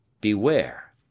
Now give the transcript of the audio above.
beware